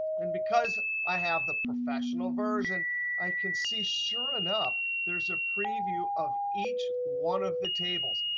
and because i have the professional version i can see sure enough there is a preview of each one of the tables.